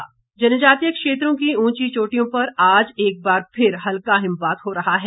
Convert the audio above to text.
मौसम जनजातीय क्षेत्रों की ऊंची चोटियों पर आज एक बार फिर हल्का हिमपात हो रहा है